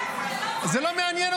שלו --- איזה תנאי רישיון?